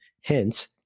Hence